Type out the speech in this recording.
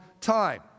time